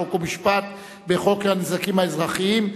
חוק ומשפט לחוק הנזקים האזרחיים.